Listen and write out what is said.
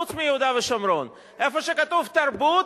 חוץ מיהודה ושומרון"; איפה שכתוב "תרבות",